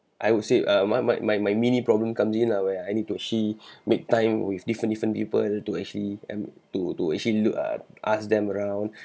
I would say uh my my my my mini problem comes in lah where I need to actually make time with different different people to actually and to to actually look uh ask them around